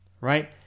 right